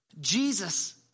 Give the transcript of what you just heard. Jesus